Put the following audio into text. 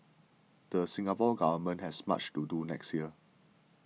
the Singapore Government has much to do next year